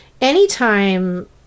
Anytime